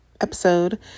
episode